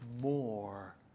more